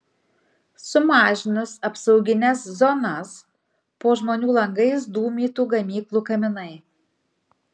sumažinus apsaugines zonas po žmonių langais dūmytų gamyklų kaminai